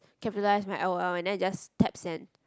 capitalise my L_O_L and then I just tap send